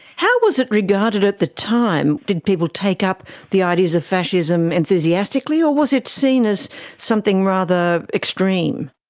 how was it regarded at the time? time? did people take up the ideas of fascism enthusiastically or was it seen as something rather extreme?